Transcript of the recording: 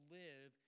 live